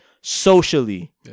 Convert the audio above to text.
socially